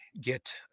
get